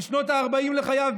בשנות הארבעים לחייו,